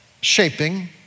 shaping